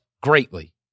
greatly